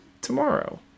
tomorrow